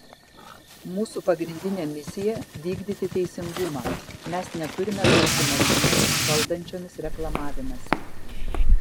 mūsų pagrindinė misija vykdyti teisingumą mes neturime tapti mašinomis valdančiomis reklamavimąsi